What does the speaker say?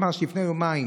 ממש לפני יומיים,